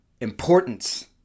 importance